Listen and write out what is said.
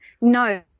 No